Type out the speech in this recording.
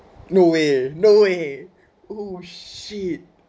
no way no way !woo! shit